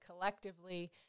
collectively